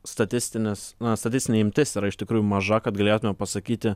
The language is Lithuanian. statistinis na statistinė imtis yra iš tikrųjų maža kad galėtume pasakyti